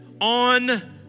on